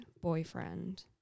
boyfriend